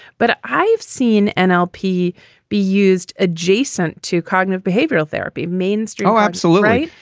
but i seen an lp be used adjacent to cognitive behavioral therapy mainstream, all absolute. right.